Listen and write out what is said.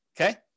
Okay